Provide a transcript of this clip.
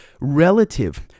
relative